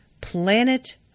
Planet